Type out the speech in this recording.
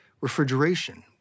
refrigeration